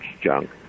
junk